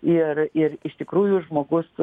ir ir iš tikrųjų žmogus